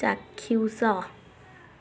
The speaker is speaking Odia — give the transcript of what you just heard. ଚାକ୍ଷୁସ